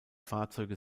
fahrzeuge